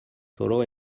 solo